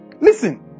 Listen